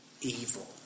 evil